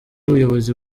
ubuyobozi